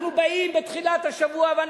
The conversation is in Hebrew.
אנחנו באים בתחילת השבוע,